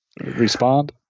respond